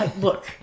look